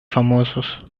famosos